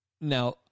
Now